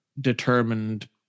determined